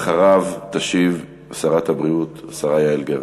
אחריו תשיב שרת הבריאות, השרה יעל גרמן.